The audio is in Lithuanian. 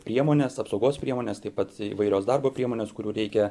priemonės apsaugos priemones taip pat įvairios darbo priemonės kurių reikia